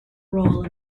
role